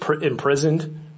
imprisoned